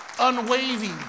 unwavering